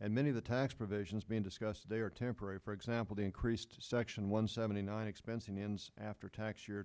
and many of the tax provisions being discussed they are temporary for example to increase to section one seventy nine expensing ins after tax year